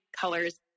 colors